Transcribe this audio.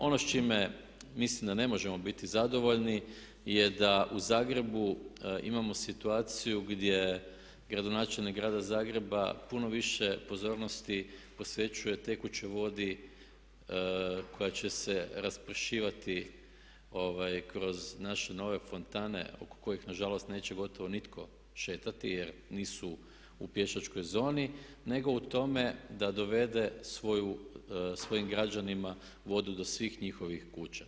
Ono s čime mislim da ne možemo biti zadovoljni je da u Zagrebu imamo situaciju gdje gradonačelnik grada Zagreba puno više pozornosti posvećuje tekućoj vodi koja će se raspršivati kroz naše nove fontane oko kojih na žalost neće gotovo nitko šetati jer nisu u pješačkoj zoni, nego u tome da dovede svojim građanima vodu do svih njihovih kuća.